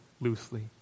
loosely